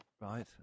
Right